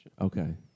Okay